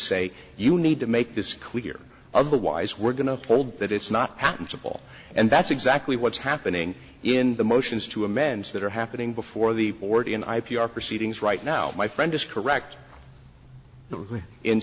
say you need to make this clear otherwise we're going to uphold that it's not patentable and that's exactly what's happening in the motions to amends that are happening before the board in i p r proceedings right now my friend is correct in